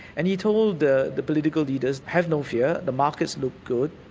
and he told the the political leaders, have no fear, the markets look good,